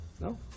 No